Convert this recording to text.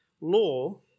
law